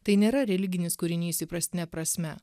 tai nėra religinis kūrinys įprastine prasme